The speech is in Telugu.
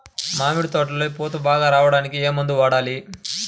మామిడి తోటలో పూత బాగా రావడానికి ఏ మందు వాడాలి?